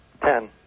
Ten